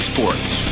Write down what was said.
Sports